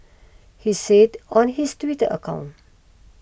he said on his Twitter account